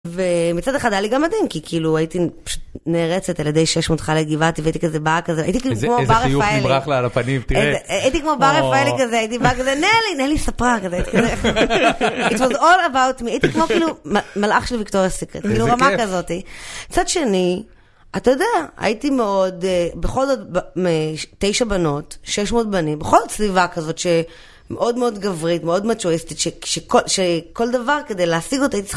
ומצד אחד היה לי גם מדהים, כי כאילו הייתי נערצת, על ידי 600 חיילי גבעתי והייתי כזה באה כזה, הייתי כאילו כמו בר רפאלי. איזה חיוך נמרח לה על הפנים, תראה. הייתי כמו בר רפאלי כזה, הייתי באה כזה, נלי, נלי ספרה כזה. It was all about me. הייתי כמו כאילו מלאך של ויקטוריה סיקרט, כאילו רמה כזאת. מצד שני, אתה יודע, הייתי מאוד, בכל זאת, תשע בנות, 600 בנים, בכל זאת סביבה כזאת, שמאוד מאוד גברית, מאוד מאצואיסטית, שכל דבר כדי להשיג אותו, הייתי צריכה...